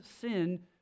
sin